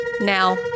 now